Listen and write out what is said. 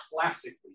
classically